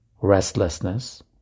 restlessness